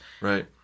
right